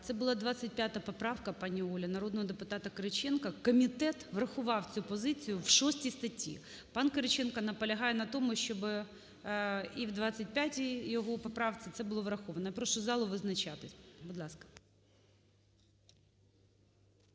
Це була 25 поправка, пані Оля, народного депутата Кириченка. Комітет врахував цю позицію в 6 статті. Пан Кириченко наполягає на тому, щоб і в 25-й його поправці це було враховано. Я прошу залу визначатись, будь ласка.